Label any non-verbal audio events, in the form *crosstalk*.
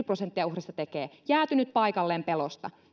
*unintelligible* prosenttia uhreista tekee jäätynyt paikalleen pelosta